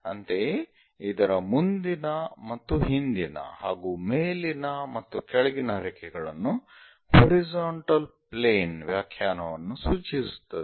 ಅಂತೆಯೇ ಇದರ ಮುಂದಿನ ಮತ್ತು ಹಿಂದಿನ ಹಾಗೂ ಮೇಲಿನ ಮತ್ತು ಕೆಳಗಿನ ರೇಖೆಗಳನ್ನು ಹಾರಿಜಾಂಟಲ್ ಪ್ಲೇನ್ ವ್ಯಾಖ್ಯಾನವನ್ನು ಸೂಚಿಸುತ್ತದೆ